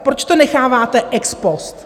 Proč to necháváte ex post?